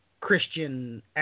Christian